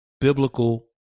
biblical